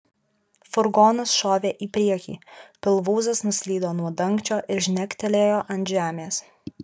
furgonas šovė į priekį pilvūzas nuslydo nuo dangčio ir žnegtelėjo ant žemės